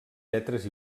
lletres